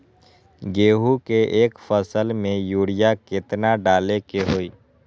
गेंहू के एक फसल में यूरिया केतना डाले के होई?